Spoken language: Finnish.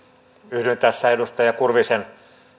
yhdyn tässä edustaja kurvisen